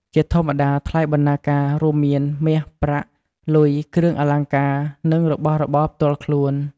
ជាធម្មតា ថ្លៃបណ្ណាការរួមមានមាសប្រាក់ លុយ, គ្រឿងអលង្ការ, និងរបស់របរផ្ទាល់ខ្លួន។